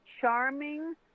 charming